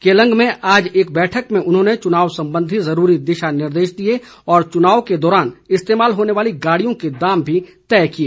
केलंग में आज एक बैठक में उन्होंने चुनाव संबंधी जरूरी दिशानिर्देश दिए और चुनाव के दौरान इस्तेमाल होने वाली गाड़ियों के दाम भी तय किए